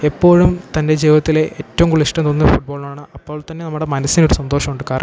എപ്പോഴും തൻ്റെ ജീവിത്തിലെ ഏറ്റവും കൂടുതലിഷ്ടം തോന്നുന്ന ഫുട്ബോളിനോടാണ് അപ്പോൾത്തന്നെ നമ്മുടെ മനസ്സിനൊരു സന്തോഷമുണ്ട് കാരണം